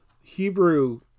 Hebrew